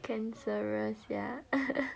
cancerous sia